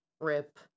Rip